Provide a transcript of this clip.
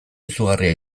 izugarria